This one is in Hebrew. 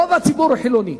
רוב הציבור הוא חילוני,